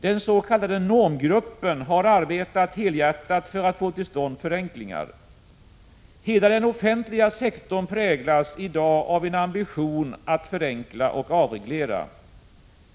Den s.k. normgruppen har arbetat helhjärtat för att få till stånd förenklingar. Hela den offentliga sektorn präglas i dag av en ambition att förenkla och avreglera.